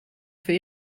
für